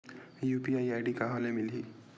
UPI ID कहां ले मिलही?